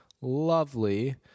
lovely